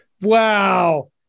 Wow